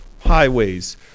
highways